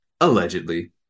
allegedly